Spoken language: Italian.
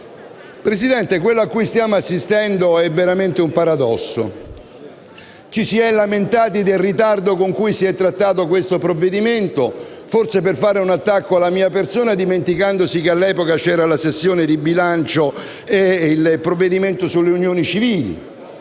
Presidente, quello cui stiamo assistendo è veramente un paradosso: ci si è lamentati del ritardo con cui si è trattato questo provvedimento, forse per fare un attacco alla mia persona, dimenticandosi che all'epoca c'era la sessione di bilancio e il provvedimento sulle unioni civili